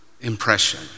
impression